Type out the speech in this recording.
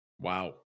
wow